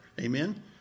Amen